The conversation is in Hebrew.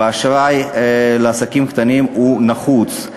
ואשראי לעסקים קטנים נחוץ.